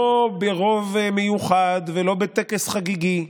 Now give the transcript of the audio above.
לא ברוב מיוחד ולא בטקס חגיגי,